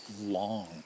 long